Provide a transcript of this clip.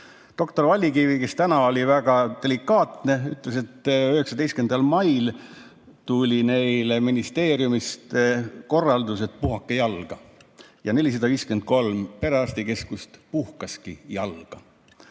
Doktor Vallikivi, kes täna oli väga delikaatne, ütles, et 19. mail tuli neile ministeeriumist korraldus, et puhake jalga. Ja 453 perearstikeskust puhkaski jalga.